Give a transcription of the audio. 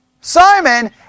Simon